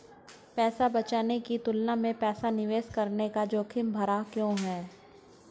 पैसा बचाने की तुलना में पैसा निवेश करना जोखिम भरा क्यों है?